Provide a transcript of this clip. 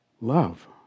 love